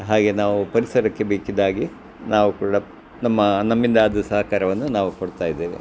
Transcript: ಹಾಗೆ ನಾವು ಪರಿಸರಕ್ಕೆ ಬೇಕಿದ್ದಾಗೆ ನಾವು ಕೂಡ ನಮ್ಮ ನಮ್ಮಿಂದಾಗುವ ಸಹಕಾರವನ್ನು ನಾವು ಕೊಡ್ತಾಯಿದ್ದೇವೆ